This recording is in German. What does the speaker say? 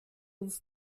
uns